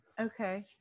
Okay